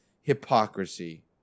hypocrisy